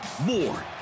More